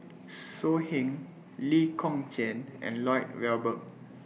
So Heng Lee Kong Chian and Lloyd Valberg